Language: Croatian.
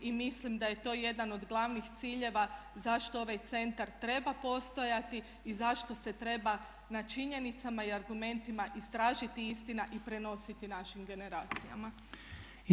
Mislim da je to jedan od glavnih ciljeva zašto ovaj centar treba postojati i zašto se treba na činjenicama i argumentima istražiti istina i prenositi našim generacijama.